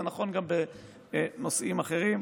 זה נכון גם בנושאים אחרים.